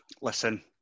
Listen